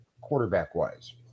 quarterback-wise